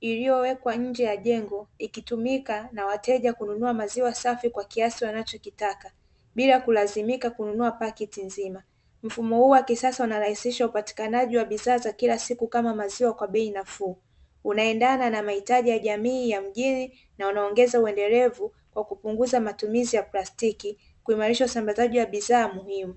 iliyowekwa nje ya jengo ikitumika na wateja kununua maziwa safi kwa kiasi wanachokitaka, bila kulazimika kununua pakiti nzima. Mfumo huu wa kisasa unarahisisha upatikanaji wa bidhaa za kila siku kama maziwa kwa bei nafuu. Unaendana na mahitaji ya jamii ya mjini na unaongeza uendelevu wa kupunguza matumizi ya plastiki, kuimarisha usambazaji wa bidhaa muhimu.